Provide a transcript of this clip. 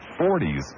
40s